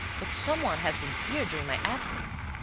but someone has been here during my absence.